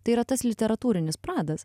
tai yra tas literatūrinis pradas